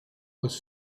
was